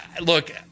Look